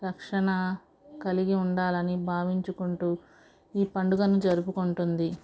రక్షణ కలిగి ఉండాలని భావించుకుంటూ ఈ పండగను జరుపుకుంటుంది